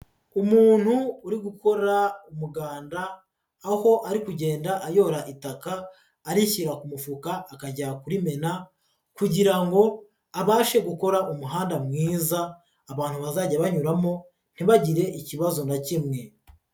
Umuntu uri gukora umuganda, aho ari kugenda ayora itaka arishyira ku mufuka akajya kurimena kugira ngo abashe gukora umuhanda mwiza, abantu bazajya banyuramo ntibagire ikibazo na kimwe.